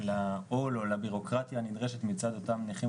אנחנו מצטרפים לדברים שנאמרו פה בנושא.